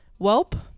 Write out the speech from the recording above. Welp